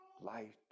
light